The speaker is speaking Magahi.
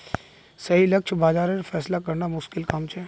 सही लक्ष्य बाज़ारेर फैसला करना मुश्किल काम छे